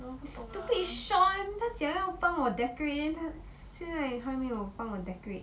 stupid shaun 他讲要帮我 decorate then 他现在还没有帮我 decorate